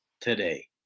today